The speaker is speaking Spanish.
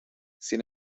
sin